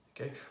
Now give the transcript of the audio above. okay